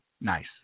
Nice